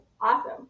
awesome